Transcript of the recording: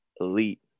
Elite